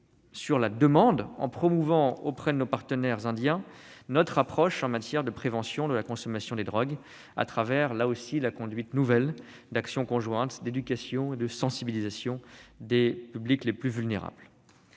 sur la demande, en promouvant auprès de nos partenaires indiens notre approche en matière de prévention de la consommation de drogues. Là aussi, cela passera par la conduite nouvelle d'actions conjointes d'éducation et de sensibilisation des publics les plus vulnérables.